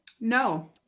No